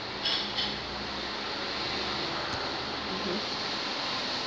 mmhmm